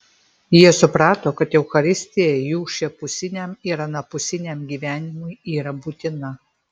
jie suprato kad eucharistija jų šiapusiniam ir anapusiniam gyvenimui yra būtina